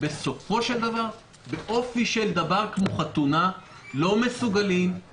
בסופו של דבר באופי של דבר כמו חתונה לא מסוגלים להימנע ממגע,